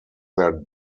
their